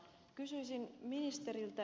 kysyisin ministeriltä